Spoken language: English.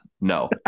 no